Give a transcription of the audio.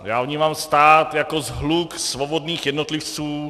Já vnímám stát jako shluk svobodných jednotlivců.